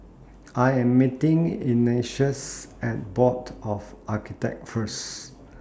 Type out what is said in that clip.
I Am meeting Ignatius At Board of Architects First